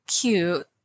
cute